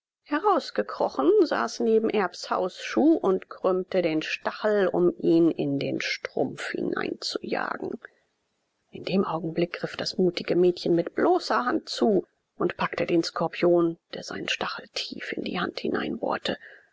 herausgekrochen saß neben erbs hausschuh und krümmte den stachel um ihn in den strumpf hineinzujagen in dem augenblick griff das mutige mädchen mit bloßer hand zu und packte den skorpion der seinen stachel tief in die hand